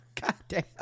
Goddamn